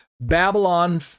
Babylon